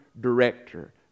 director